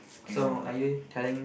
so are you telling